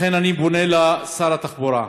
לכן אני פונה לשר התחבורה: